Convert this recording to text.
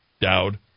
Dowd